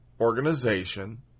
organization